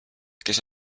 kes